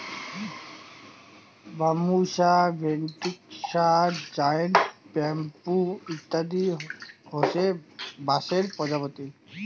Bambusa ventricosa, giant bamboo ইত্যাদি হসে বাঁশের প্রজাতি